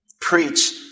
Preach